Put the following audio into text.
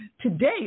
Today